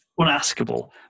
unaskable